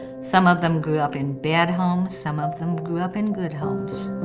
some of them grew up in bad homes, some of them grew up in good homes,